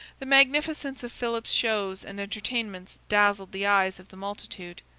the magnificence of philip's shows and entertainments dazzled the eyes of the multitude.